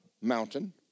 mountain